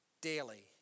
daily